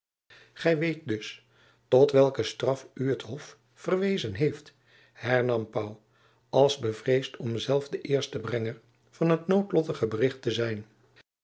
gy weet dus tot welke straf u het hof verwezen heeft hernam pauw als bevreesd om zelf de eerste brenger van het noodlottige bericht te zijn